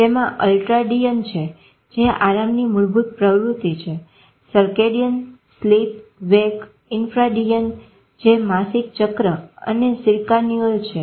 તેમાં અલ્ટ્રાડીયન છે જે આરામની મૂળભૂત પ્રવૃત્તિ છે સર્કેડીયન સ્લીપ વેક ઇન્ફ્રાડીયન જે માસિક ચક્ર અને સીર્કાન્યુઅલ છે